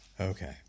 Okay